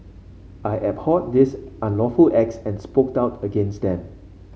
I abhorred these unlawful acts and spoke doubt against them